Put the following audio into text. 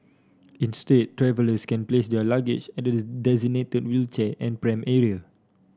instead travellers can place their luggage at the designated wheelchair and pram area